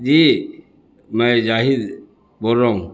جی میں زاہد بول رہا ہوں